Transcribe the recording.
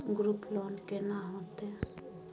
Group loan केना होतै?